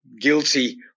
guilty